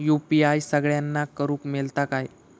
UPI सगळ्यांना करुक मेलता काय?